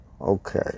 Okay